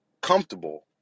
comfortable